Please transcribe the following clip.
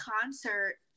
concert